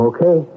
Okay